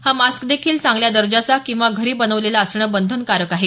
हा मास्क देखील चांगल्या दर्जाचा किंवा घरी बनवलेला असणं बंधनकारक आहे